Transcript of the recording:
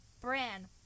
Bran